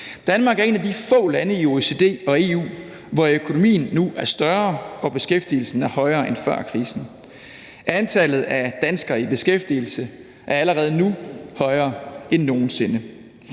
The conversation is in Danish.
Danmark er et af de få lande i OECD og EU, hvor økonomien nu er større og beskæftigelsen er højere end før krisen. Antallet af danskere i beskæftigelse er allerede nu højere end nogen sinde.